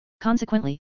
Consequently